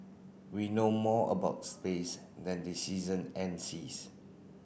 we know more about space than the season and the seas